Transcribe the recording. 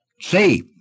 See